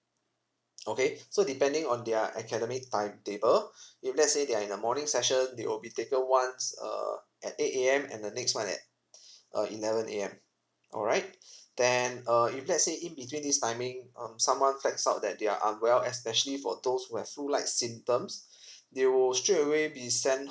okay so depending on their academic timetable if let's say they are in the morning session they will be taken once err at eight A_M and the next [onel at uh eleven A_M alright then uh if let's say in between this timing um someone flags out that they are unwell especially for those who have flu like symptoms they will straight away be sent